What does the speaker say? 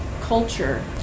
culture